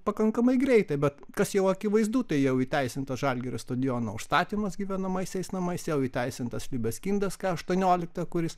pakankamai greitai bet kas jau akivaizdu tai jau įteisintas žalgirio stadiono užstatymas gyvenamaisiais namais jau įteisintas beskindas ka aštuoniolikta kuris